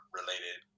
related